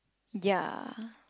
ya